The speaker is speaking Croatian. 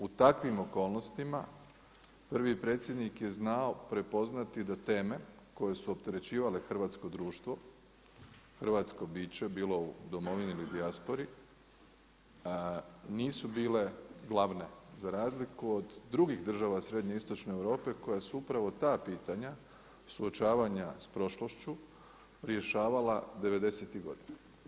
U takvim okolnostima prvi predsjednik je znao prepoznati da teme koje su opterećivale hrvatsko društvo, hrvatsko biće, bilo u domovini ili dijaspori nisu bile glavne za razliku od drugih država srednje i istočne Europe koja su upravo ta pitanja suočavanja s prošlošću rješavala '90.-tih godina.